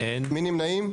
מי נמנעים?